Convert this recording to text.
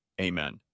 Amen